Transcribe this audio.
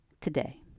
today